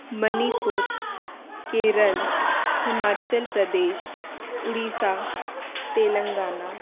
Manipur Kerala Himachal Pradesh Orissa Telangana